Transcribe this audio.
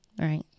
right